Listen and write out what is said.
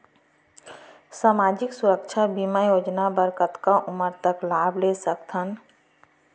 सामाजिक सुरक्षा बीमा योजना बर कतका उमर तक लाभ ले सकथन?